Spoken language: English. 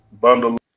bundle